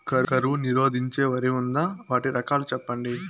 కరువు నిరోధించే వరి ఉందా? వాటి రకాలు చెప్పండి?